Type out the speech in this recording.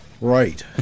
Right